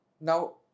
now